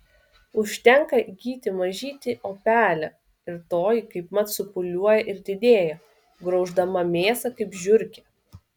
užtenka įgyti mažytį opelę ir toji kaipmat supūliuoja ir didėja grauždama mėsą kaip žiurkė